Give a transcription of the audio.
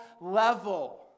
level